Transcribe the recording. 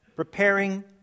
Preparing